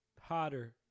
Hotter